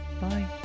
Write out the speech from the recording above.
Bye